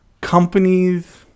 companies